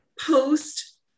post